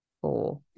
four